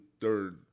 third